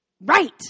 Right